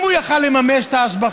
אם הוא היה יכול לממש את ההשבחה,